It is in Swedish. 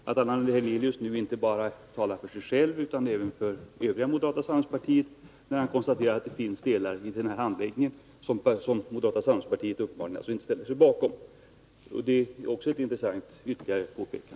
Herr talman! Jag konstaterar att Allan Hernelius nu inte bara talar för sig själv utan även för moderata samlingspartiet när han konstaterar att detta parti uppenbarligen inte ställer sig bakom alla delar av handläggningen av ubåtsfrågan. Det är ytterligare ett intressant påpekande, herr talman.